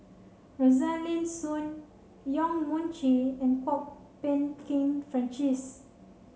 Rosaline Soon Yong Mun Chee and Kwok Peng Kin Francis